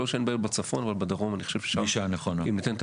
לא שאני חושב שבצפון זה לא נחוץ אבל נתחיל מהדרום,